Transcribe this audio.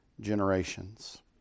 generations